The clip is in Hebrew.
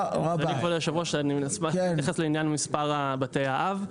אני אשמח להתייחס לעניין מספר בתי האב.